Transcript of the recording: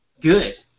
good